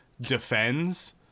defends